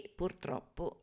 purtroppo